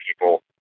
people